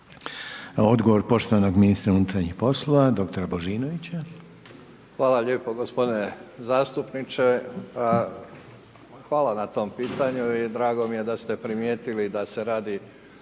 Odgovor poštovanog ministra unutarnjih poslova, dr. Božinovića. **Božinović, Davor (HDZ)** Hvala lijepo. Gospodine zastupniče, hvala na tom pitanju i drago mi je da ste primijetili da se radi